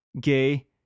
gay